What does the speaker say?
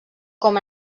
com